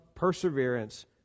perseverance